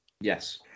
Yes